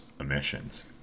emissions